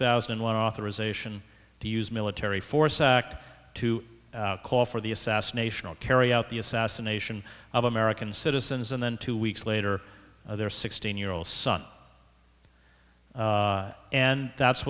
thousand and one authorization to use military force act to call for the assassination or carry out the assassination of american citizens and then two weeks later their sixteen year old son and that's